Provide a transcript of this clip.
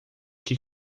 que